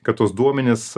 kad tuos duomenis